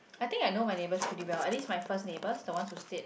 I think I know my neighbours pretty well at least my first neighbours the ones who stayed